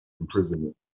imprisonment